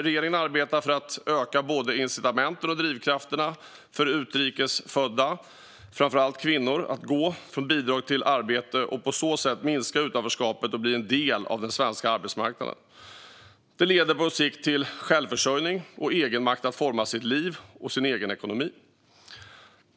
Regeringen arbetar för att öka både incitamenten och drivkrafterna för utrikes födda, framför allt kvinnor, att gå från bidrag till arbete och på så sätt minska utanförskapet och bli en del av den svenska arbetsmarknaden. Detta leder på sikt till självförsörjning och egenmakt att forma sitt liv och sin egen ekonomi.